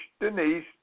Denise